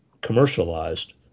commercialized